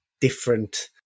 different